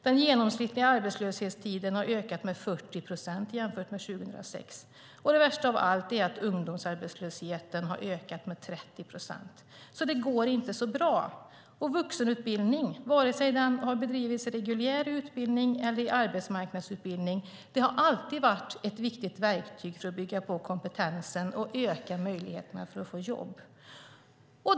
Den genomsnittliga arbetslöshetstiden har ökat med 40 procent jämfört med 2006, och värst av allt är att ungdomsarbetslösheten ökat med 30 procent. Det går alltså inte så bra. Vuxenutbildning, antingen den bedrivits som reguljär utbildning eller som arbetsmarknadsutbildning, har alltid varit ett viktigt verktyg för att bygga på kompetensen och öka möjligheterna att få jobb.